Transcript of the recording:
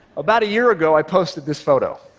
about a year ago, i posted this photo.